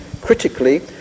critically